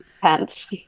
pants